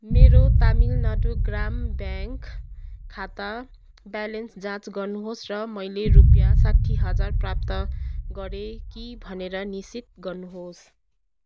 मेरो तमिलनाडू ग्राम ब्याङ्क खाता ब्यालेन्स जाँच गर्नुहोस् र मैले रुपियाँ साठी हजार प्राप्त गरेँ कि भनेर निश्चित गर्नुहोस्